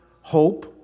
hope